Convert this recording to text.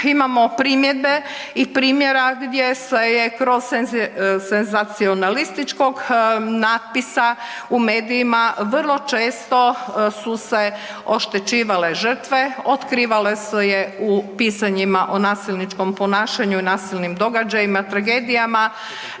imamo primjedbe i primjera gdje se je kroz senzacionalističkog natpisa u medijima vrlo često su se oštećivale žrtve, otkrivale su je u pisanjima o nasilničkom ponašanju i nasilnim događajima, tragedijama